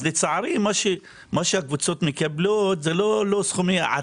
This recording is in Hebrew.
אז לצערי מה שהקבוצות מקבלות זה לא סכומי עתק.